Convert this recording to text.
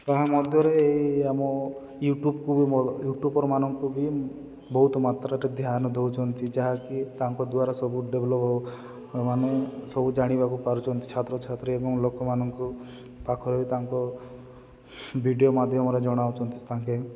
ତାହା ମଧ୍ୟରେ ଏ ଆମ ୟୁଟ୍ୟୁବ୍କୁ ବି ୟୁଟ୍ୟୁବର୍ମାନଙ୍କୁ ବି ବହୁତ ମାତ୍ରାରେ ଧ୍ୟାନ ଦେଉଛନ୍ତି ଯାହାକି ତାଙ୍କ ଦ୍ୱାରା ସବୁ ଡେଭ୍ଲପ୍ ହେବ ମାନେ ସବୁ ଜାଣିବାକୁ ପାରୁଛନ୍ତି ଛାତ୍ରଛାତ୍ରୀ ଏବଂ ଲୋକମାନଙ୍କୁ ପାଖରେ ବି ତାଙ୍କ ଭିଡ଼ିଓ ମାଧ୍ୟମରେ ଜଣାଉଛନ୍ତି ତାଙ୍କେ